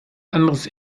anderes